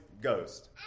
Ghost